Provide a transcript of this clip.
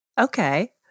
Okay